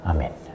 Amen